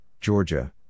Georgia